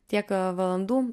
tiek valandų